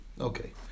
Okay